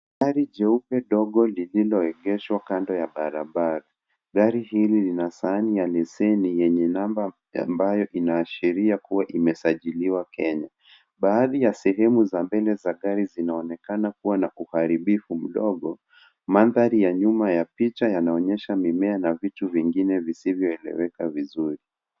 Gari jeupe dogo llililoegeshwa kando ya barabara, gari hili lina sahani ya leseni yenye namba ambayo inaashiria kua imesajiliwa Kenya. Baadhi ya sehemu za mbele za gari zinaonekana kua na uharibifu mdogo. Mandhari ya nyuma ya picha yanaonyesha mimea na vitu vingine visivyo eleweka vizuri.